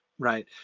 Right